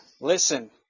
Listen